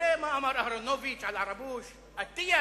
תראה מה אמר אהרונוביץ על "ערבוש"; אטיאס,